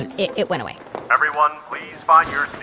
and it it went away everyone please find your